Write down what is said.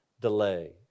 delay